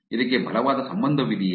ಇದಕ್ಕೆ ಬಲವಾದ ಸಂಬಂಧವಿದೆಯೇ